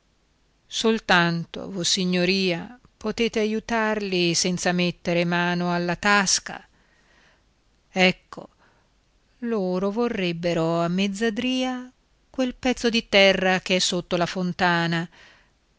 soltanto vossignoria potete aiutarli senza mettere mano alla tasca ecco loro vorrebbero a mezzadria quel pezzo di terra ch'è sotto la fontana